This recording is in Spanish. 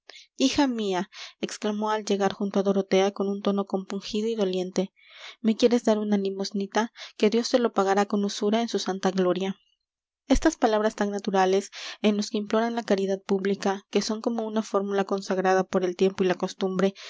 palito hija mía exclamó al llegar junto á dorotea con un tono compungido y doliente me quieres dar una limosnita que dios te lo pagará con usura en su santa gloria estas palabras tan naturales en los que imploran la caridad pública que son como una fórmula consagrada por el tiempo y la costumbre